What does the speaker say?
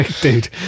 dude